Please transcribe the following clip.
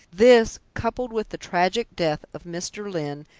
this, coupled with the tragic death of mr. lyne,